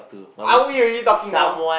are we really talking now